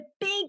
big